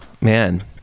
man